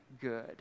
good